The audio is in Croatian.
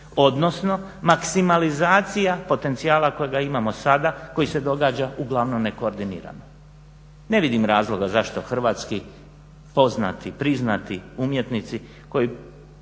odnosno maksimalizacija potencijala kojega imamo sada, koji se događa uglavnom nekoordinirano. Ne vidim razloga zašto hrvatski poznati, priznati umjetnici koji